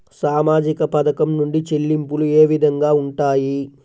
సామాజిక పథకం నుండి చెల్లింపులు ఏ విధంగా ఉంటాయి?